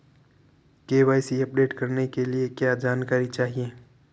KYC update करने के लिए क्या जानकारी चाहिए?